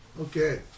Okay